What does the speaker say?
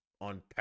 On